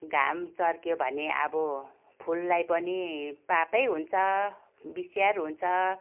घाम चर्क्यो भने अब फुललाई पनि पापै हुन्छ बिस्याहार हुन्छ